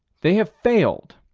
they have failed,